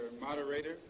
Moderator